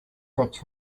fetch